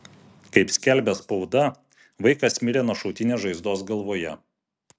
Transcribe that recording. kaip skelbia spauda vaikas mirė nuo šautinės žaizdos galvoje